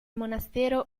monastero